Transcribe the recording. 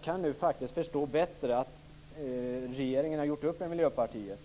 Nu kan jag faktiskt bättre förstå att regeringen har gjort upp med Miljöpartiet,